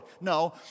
No